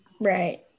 Right